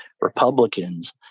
Republicans